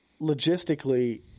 logistically